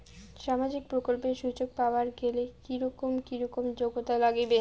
সামাজিক প্রকল্পের সুযোগ পাবার গেলে কি রকম কি রকম যোগ্যতা লাগিবে?